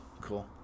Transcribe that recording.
cool